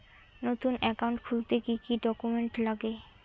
নতুন একাউন্ট খুলতে কি কি ডকুমেন্ট লাগে?